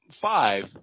five